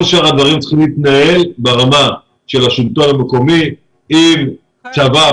כל שאר הדברים צריכים להתנהל ברמה של השלטון המקומי עם צבא,